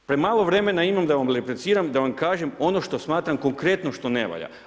Premalo vremena imam da vam repliciram, da vam kažem ono što smatram konkretno što ne valja.